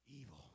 evil